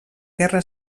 guerra